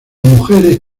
mujeres